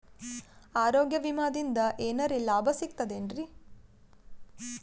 ಆರೋಗ್ಯ ವಿಮಾದಿಂದ ಏನರ್ ಲಾಭ ಸಿಗತದೇನ್ರಿ?